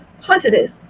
positive